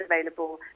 available